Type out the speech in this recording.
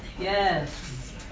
Yes